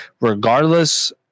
regardless